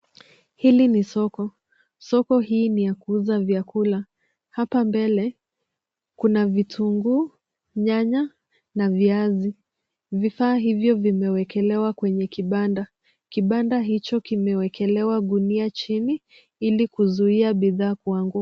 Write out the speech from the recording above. Hili ni soko. Soko hii ni ya kuuza vyakula. Hapa mbele kuna vitunguu, nyanya na viazi. Vifaa hivyo vimewekelewa kwenye kibanda. Kibanda hicho kimewekelewa gunia chini ili kuzuia bidhaa kuanguka.